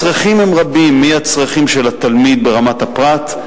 הצרכים הם רבים, מהצרכים של התלמיד ברמת הפרט,